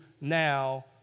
now